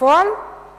בפועל היא